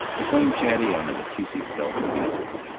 the claim-shanty on the meteetsee fell to pieces.